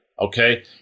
Okay